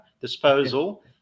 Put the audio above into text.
disposal